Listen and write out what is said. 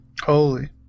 Holy